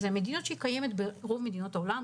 זאת מדיניות שקיימת ברוב מדינות העולם,